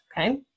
okay